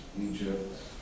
Egypt